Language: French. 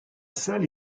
salle